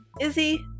Izzy